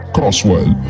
Crosswell